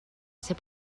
ser